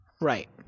Right